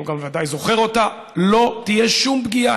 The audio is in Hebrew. והוא ודאי זוכר אותה: לא תהיה שום פגיעה.